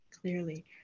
clearly